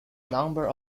number